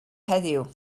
heddiw